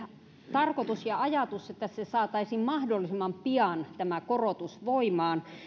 tarkoitus ja ajatus että tämä korotus saataisiin mahdollisimman pian voimaan